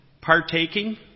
partaking